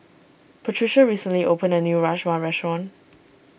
Patricia recently opened a new Rajma restaurant